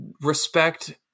respect